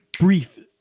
brief